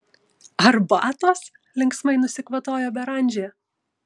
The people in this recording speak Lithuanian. arbatos linksmai nusikvatojo beranžė